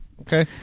Okay